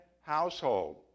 household